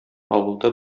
авылда